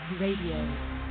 Radio